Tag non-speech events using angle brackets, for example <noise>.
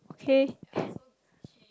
okay <breath>